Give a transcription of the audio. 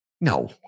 No